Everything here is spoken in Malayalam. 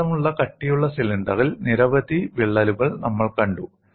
സമ്മർദ്ദമുള്ള കട്ടിയുള്ള സിലിണ്ടറിൽ നിരവധി വിള്ളലുകൾ നമ്മൾ കണ്ടു